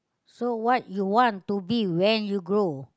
so what you want to be when you grow